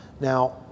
Now